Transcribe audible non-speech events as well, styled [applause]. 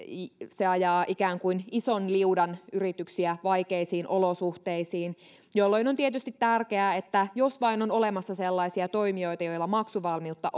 se ajaa ikään kuin ison liudan yrityksiä vaikeisiin olosuhteisiin jolloin on tietysti tärkeää että jos vain on olemassa sellaisia toimijoita joilla maksuvalmiutta [unintelligible]